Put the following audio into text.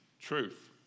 truth